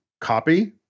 copy